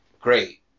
Great